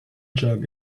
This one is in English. jug